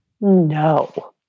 no